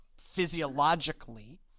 physiologically